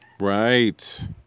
Right